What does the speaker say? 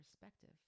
perspective